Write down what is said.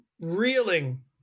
reeling